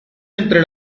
entre